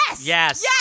Yes